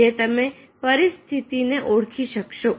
જે તમે પરિસ્થિતિને ઓળખી શકશો